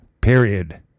period